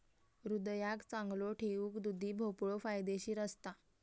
हृदयाक चांगलो ठेऊक दुधी भोपळो फायदेशीर असता